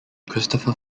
christopher